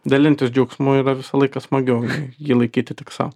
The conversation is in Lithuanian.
dalintis džiaugsmu yra visą laiką smagiau jį laikyti tik sau